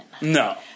No